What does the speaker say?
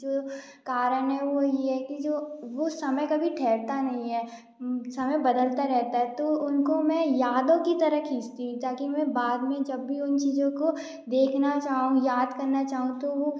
जो कारण है वो ये है कि जो वो समय कभी ठहरता नही हैं समय बदलता रहता है तो उनको मैं यादों की तरह खींचती हूँ ताकि मै बाद में जब भी उन चीजों को देखना चाहूँ याद करना चाहूँ तो वो